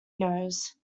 nose